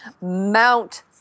mount